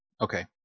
Okay